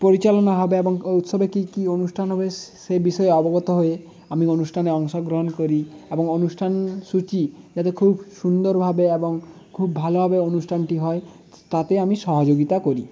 পরিচালনা হবে এবং ওই উৎসবে কি কি অনুষ্ঠান হবে সেই বিষয়ে অবগত হয়ে আমি অনুষ্ঠানে অংশগ্রহণ করি এবং অনুষ্ঠান সূচি যাতে খুব সুন্দরভাবে এবং খুব ভালোভাবে অনুষ্ঠানটি হয় তাতে আমি সহযোগিতা করি